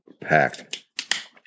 packed